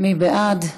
מי בעד?